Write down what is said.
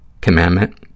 commandment